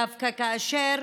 דווקא כאשר